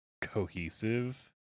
cohesive